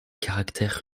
caractère